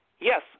Yes